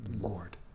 Lord